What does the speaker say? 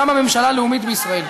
קמה ממשלה לאומית בישראל,